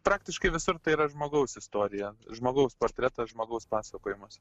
praktiškai visur tai yra žmogaus istorija žmogaus portretas žmogaus pasakojimas